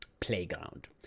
Playground